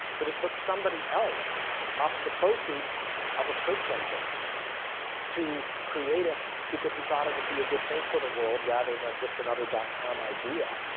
that it took somebody else off of the proceeds of a search engine to create it because he thought it would be a good thing for the world, rather than just another dotcom idea.